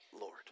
Lord